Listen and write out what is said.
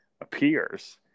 appears